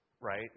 Right